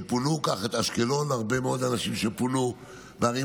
קח את אשקלון והרבה מאוד אנשים שפונו מערים